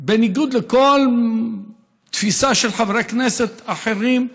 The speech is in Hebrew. בניגוד לכל תפיסה של חברי כנסת אחרים,